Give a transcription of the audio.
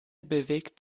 bewegt